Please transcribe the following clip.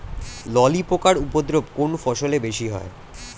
ললি পোকার উপদ্রব কোন ফসলে বেশি হয়?